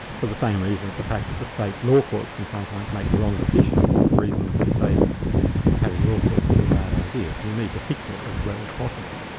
for the same reasons the fact that the state's law courts can sometimes make the wrong decisions isn't a reason to say that having law courts is a bad idea. we need to fix it as well as possible.